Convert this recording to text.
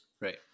Right